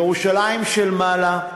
ירושלים של מעלה,